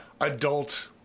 adult